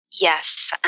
Yes